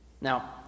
Now